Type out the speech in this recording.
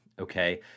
okay